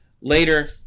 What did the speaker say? later